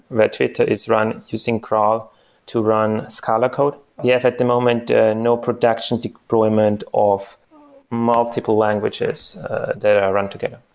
where twitter is run using graalvm to run scala code. we yeah have at the moment a no production deployment of multiple languages that are run together.